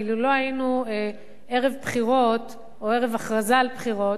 אילו לא היינו ערב הכרזה על בחירות,